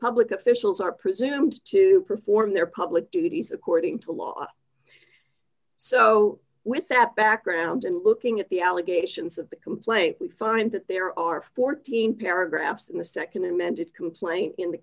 public officials are presumed to perform their public duties according to law so with that background in looking at the allegations of the complaint we find that there are fourteen paragraphs in the nd amended complaint in